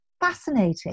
fascinating